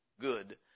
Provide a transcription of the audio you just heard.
good